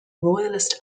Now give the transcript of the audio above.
royalist